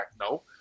No